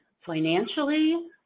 Financially